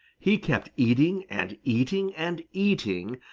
he kept eating and eating and eating,